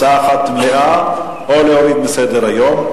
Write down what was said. הצבעה אחת: מליאה, או להוריד מסדר-היום.